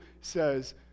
says